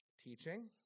teaching